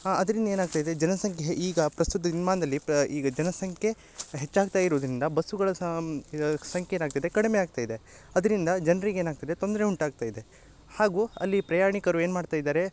ಅದರಿಂದ ಏನಾಗ್ತಾಯಿದೆ ಜನಸಂಖ್ಯೆ ಈಗ ಪ್ರಸ್ತುತ ದಿನ್ಮಾನದಲ್ಲಿ ಪ್ರ ಈಗ ಜನಸಂಖ್ಯೆ ಹೆಚ್ಚಾಗ್ತಾ ಇರುದರಿಂದ ಬಸ್ಸುಗಳ ಸಾಮ್ ಇದು ಸಂಖ್ಯೆ ಏನಾಗ್ತಾಯಿದೆ ಕಡಿಮೆ ಆಗ್ತಾಯಿದೆ ಅದರಿಂದ ಜನ್ರಿಗೆ ಏನಾಗ್ತಾಯಿದೆ ತೊಂದರೆ ಉಂಟಾಗ್ತಯಿದೆ ಹಾಗು ಅಲ್ಲಿ ಪ್ರಯಾಣಿಕರು ಏನು ಮಾಡ್ತಾಯಿದ್ದಾರೆ